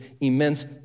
immense